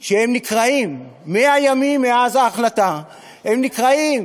שנקרעים, 100 ימים מאז ההחלטה הם נקרעים.